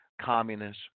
Communist